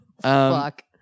Fuck